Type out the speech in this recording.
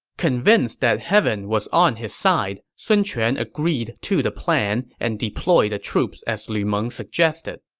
convinced that heaven was on his side, sun quan agreed to the plan and deployed the troops as lu meng suggested